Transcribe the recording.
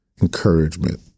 encouragement